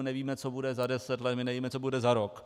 Nevíme, co bude za 10 let, my nevíme, co bude za rok.